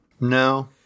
No